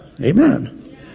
Amen